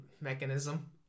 mechanism